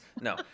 No